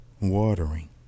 watering